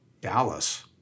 Dallas